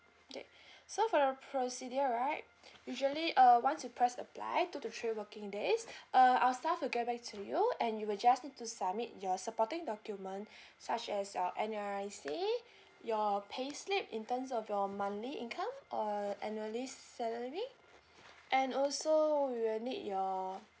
K so for the procedure right usually uh once you press apply two to three working days uh our staff will get back to you and you will just need to submit your supporting document such as your N_R_I_C your payslip in terms of your monthly income or annually salary and also we will need your